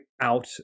out